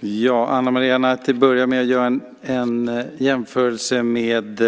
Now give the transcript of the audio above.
Fru talman! Ana Maria Narti började med att göra en jämförelse med